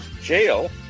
Jail